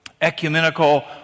ecumenical